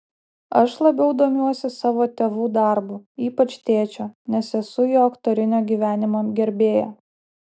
aš labiau domiuosi savo tėvų darbu ypač tėčio nes esu jo aktorinio gyvenimo gerbėja